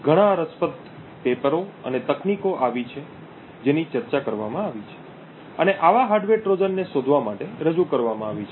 ઘણા રસપ્રદ કાગળો અને તકનીકો આવી છે જેની ચર્ચા કરવામાં આવી છે અને આવા હાર્ડવેર ટ્રોજનને શોધવા માટે રજૂ કરવામાં આવી છે